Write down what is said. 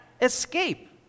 escape